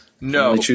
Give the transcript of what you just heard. no